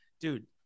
Dude